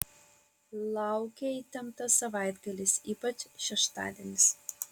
laukia įtemptas savaitgalis ypač šeštadienis